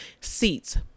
seats